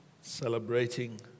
celebrating